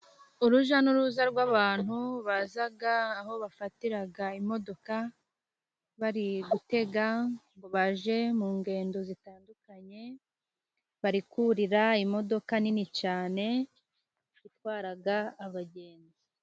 Urujya n'uruza rw'abantu baza aho bafatira imodoka, bari gutega ngo bajye mu ngendo zitandukanye, bari kurira imodoka nini cyane itwara abagenzi.